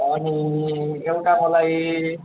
अनि एउटा मलाई